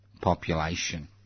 population